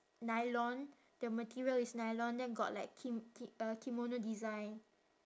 nylon the material is nylon then got like kim~ ki~ uh kimono design